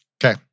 Okay